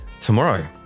tomorrow